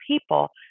people